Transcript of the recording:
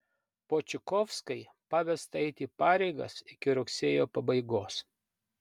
počikovskai pavesta eiti pareigas iki rugsėjo pabaigos